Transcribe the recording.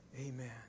Amen